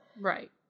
Right